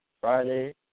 Friday